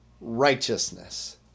righteousness